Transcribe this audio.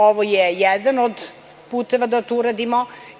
Ovo je jedan od puteva da to uradimo.